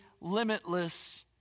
limitless